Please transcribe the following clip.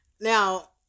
Now